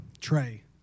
Trey